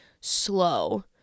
slow